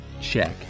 check